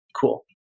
Cool